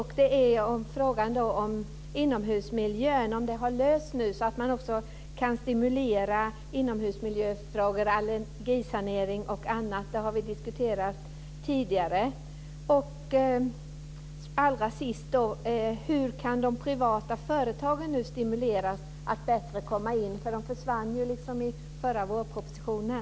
Har frågan om inomhusmiljön lösts så att man också kan stimulera allergisanering och annat? Det har vi diskuterat tidigare. Allra sist: Hur kan de privata företagen stimuleras till att bättre komma in? De försvann i den förra vårpropositionen.